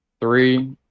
three